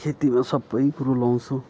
खेतीमा सबै कुरो लाउँछौँ